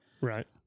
Right